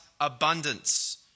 abundance